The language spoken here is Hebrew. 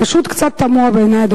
פשוט קצת תמוה בעיני,